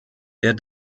der